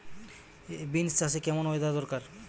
Beans চাষে কেমন weather দরকার?